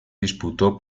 disputó